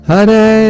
Hare